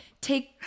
take